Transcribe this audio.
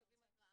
מקבלים התראה.